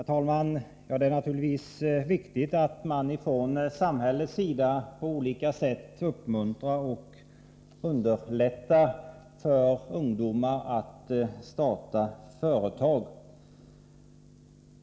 Herr talman! Det är naturligtvis viktigt att man från samhällets sida på olika sätt uppmuntrar och underlättar för ungdomar att starta företag.